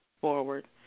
forward